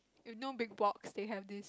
if no Bigbox they have this